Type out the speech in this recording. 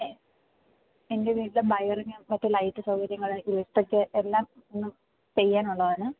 എൻ്റെ വീട്ടിൽ വയറിങ് ഒക്കെ ലൈറ്റ് സൗകര്യത്തിനു ഇരുട്ടൊക്കെ എല്ലാം ഒന്ന് ചെയ്യാനുള്ളതാണ്